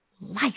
life